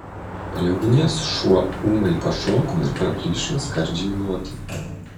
prie ugnies šuo ūmai pašoko ir praplyšo skardžiai loti